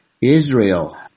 Israel